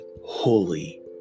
holy